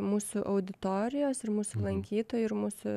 mūsų auditorijos ir mūsų lankytojų ir mūsų